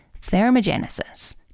thermogenesis